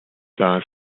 das